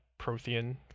Prothean